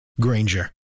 Granger